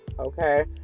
Okay